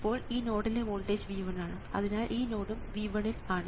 ഇപ്പോൾ ഈ നോഡിലെ വോൾട്ടേജ് V1 ആണ് അതിനാൽ ഈ നോഡും V1 ൽ ആണ്